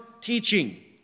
teaching